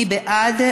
מי בעד?